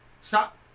Stop